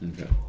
Okay